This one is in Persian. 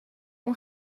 اون